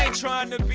trying to be